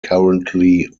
currently